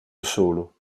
solo